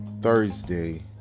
Thursday